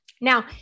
Now